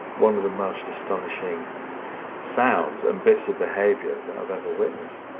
one of the most astonishing sounds and bits of behavior that i've ever witnessed,